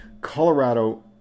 Colorado